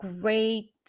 great